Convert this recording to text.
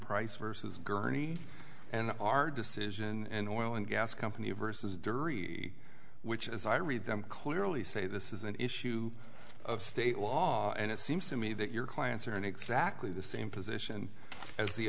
price versus gurney and our decision and oil and gas company versus dury which as i read them clearly say this is an issue of state law and it seems to me that your clients are in exactly the same position as the